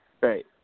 Right